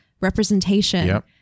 representation